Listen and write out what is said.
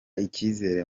icyizere